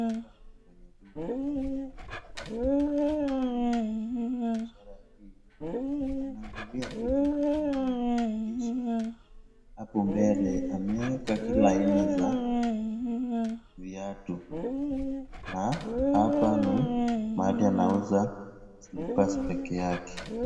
Hapa ni kwenye duka la viatu. Naona huyu mwenye biashara hii anaangalia kitu huku nyuma, kisha hapo mbele ameeka kila aina za viatu na hapa ni mahali anauza slippers peke yake.